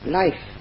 life